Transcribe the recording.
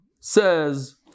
says